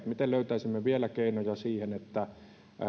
miten löytäisimme vielä keinoja siihen että